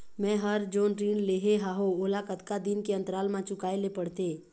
मैं हर जोन ऋण लेहे हाओ ओला कतका दिन के अंतराल मा चुकाए ले पड़ते?